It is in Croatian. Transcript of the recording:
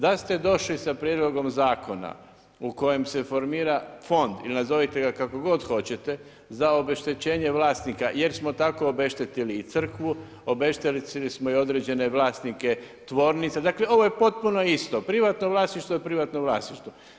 Da ste došli sa prijedlogom zakona u kojem se formira fond ili nazovite ga kako god hoćete, za obeštećenje vlasnika jer smo tako obeštetili i Crkvu, obeštetili smo i određene vlasnike tvornica, dakle, ovo je potpuno isto, privatno vlasništvo je privatno vlasništvo.